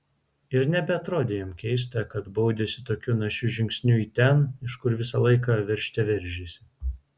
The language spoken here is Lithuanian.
ir nebeatrodė jam keista kad baudėsi tokiu našiu žingsniu į ten iš kur visą laiką veržte veržėsi